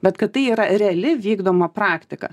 bet kad tai yra reali vykdoma praktika